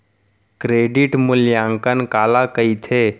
Credit मूल्यांकन काला कहिथे?